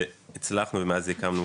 והצלחנו ומאז הקמנו,